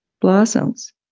blossoms